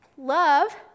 love